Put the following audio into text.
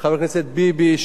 חבר הכנסת ביבי,